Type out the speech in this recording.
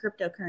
cryptocurrency